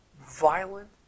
violent